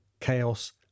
chaos